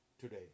today